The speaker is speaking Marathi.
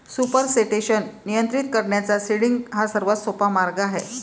सुपरसेटेशन नियंत्रित करण्याचा सीडिंग हा सर्वात सोपा मार्ग आहे